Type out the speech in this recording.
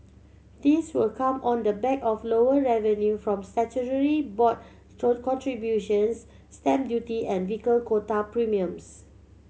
this will come on the back of lower revenue from statutory board contributions stamp duty and vehicle quota premiums